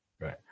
Right